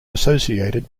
associated